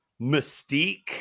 mystique